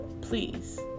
Please